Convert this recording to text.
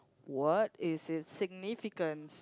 what is it significance